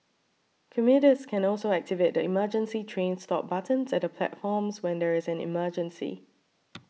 commuters can also activate the emergency train stop buttons at the platforms when there is an emergency